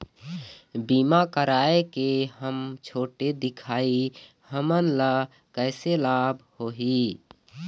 बीमा कराए के हम छोटे दिखाही हमन ला कैसे लाभ होही?